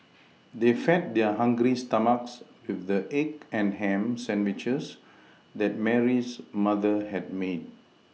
they fed their hungry stomachs with the egg and ham sandwiches that Mary's mother had made